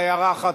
הערה אחת.